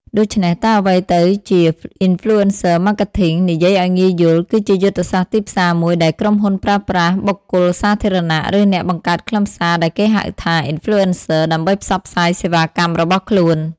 ដូច្នេះ តើអ្វីទៅជា Influencer Marketing? និយាយឱ្យងាយយល់ គឺជាយុទ្ធសាស្ត្រទីផ្សារមួយដែលក្រុមហ៊ុនប្រើប្រាស់បុគ្គលសាធារណៈ ឬអ្នកបង្កើតខ្លឹមសារដែលគេហៅថា Influencers ដើម្បីផ្សព្វផ្សាយសេវាកម្មរបស់ខ្លួន។